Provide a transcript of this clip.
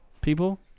people